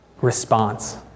response